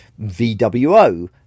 VWO